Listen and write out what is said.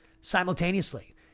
Simultaneously